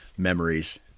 Memories